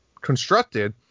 constructed